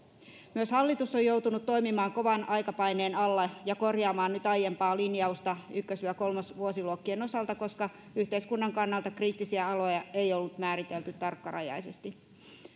myös hallitus on joutunut toimimaan kovan aikapaineen alla ja korjaamaan nyt aiempaa linjausta ykkös kolmosvuosiluokkien osalta koska yhteiskunnan kannalta kriittisiä aloja ei ollut määritelty tarkkarajaisesti